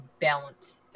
balance